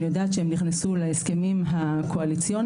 אני יודעת שהם נכנסו להסכמים הקואליציוניים,